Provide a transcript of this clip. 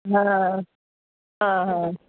हा हा हा